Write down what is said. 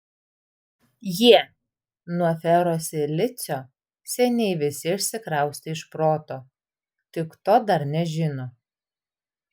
jie nuo ferosilicio seniai visi išsikraustė iš proto tik to dar nežino